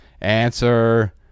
answer